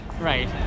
Right